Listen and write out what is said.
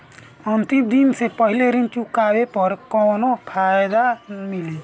अंतिम दिन से पहले ऋण चुकाने पर कौनो फायदा मिली?